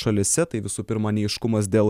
šalyse tai visų pirma neaiškumas dėl